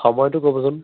সময়টো ক'বচোন